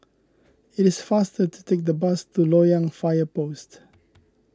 it is faster to take the bus to Loyang Fire Post